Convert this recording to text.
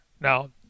Now